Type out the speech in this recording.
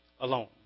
Alone